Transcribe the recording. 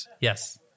Yes